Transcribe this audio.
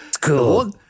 cool